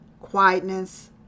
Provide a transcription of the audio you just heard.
quietness